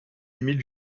émile